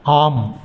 आम्